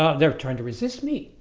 ah they're trying to resist me.